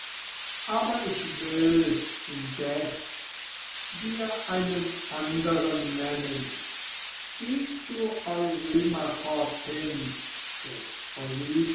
aber ich will indes dir einen anderen nennen geh zu eurymachos hin des